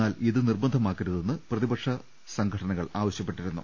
എന്നാൽ ഇത് നിർബന്ധമാക്കരുതെന്ന് പ്രതിപക്ഷ സംഘടനകൾ ആവശ്യപ്പെട്ടിരുന്നു